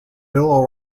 bill